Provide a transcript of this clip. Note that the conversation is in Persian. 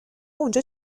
اونجا